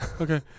okay